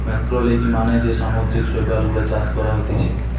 ম্যাক্রোলেগি মানে যে সামুদ্রিক শৈবাল গুলা চাষ করা হতিছে